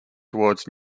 towards